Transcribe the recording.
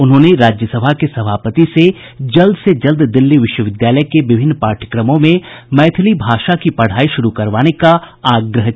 उन्होंने राज्य सभा के सभापति से जल्द से जल्द दिल्ली विश्वविद्यालय के विभिन्न पाठ्यक्रमों में मैथिली भाषा की पढ़ाई शुरू करवाने का आग्रह किया